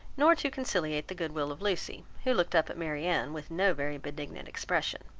nor to conciliate the good will of lucy, who looked up at marianne with no very benignant expression.